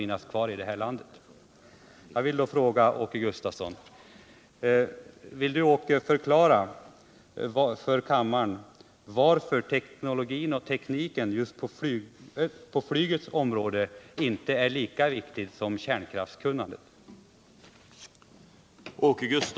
Jag vill mot den bakgrunden rikta en fråga till Åke Gustavsson, som ju har fört socialdemokraternas talan beträffande flygplansfrågan: Varför är teknologin och tekniken just på flygets område inte lika viktig som kärnkraftskunnandet?